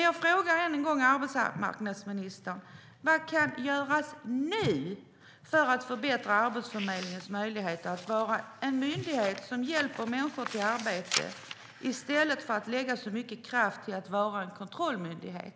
Jag frågar än en gång arbetsmarknadsministern. Vad kan göras nu för att förbättra Arbetsförmedlingens möjligheter att vara en myndighet som hjälper människor till arbete i stället för att lägga så mycket kraft på att vara en kontrollmyndighet?